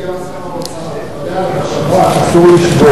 אדוני סגן שר האוצר, אתה יודע, בשב"כ אסור לשבות.